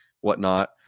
whatnot